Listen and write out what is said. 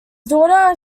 daughter